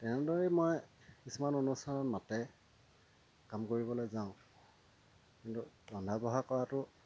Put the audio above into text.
তেনেদৰেই মই কিছুমান অনুষ্ঠানত মাতে কাম কৰিবলৈ যাওঁ কিন্তু ৰন্ধা বঢ়া কৰাটো